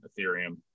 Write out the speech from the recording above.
Ethereum